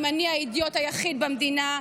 / אם אני האידיוט היחיד במדינה,